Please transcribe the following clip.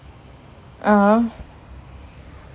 (uh huh)